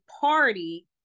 party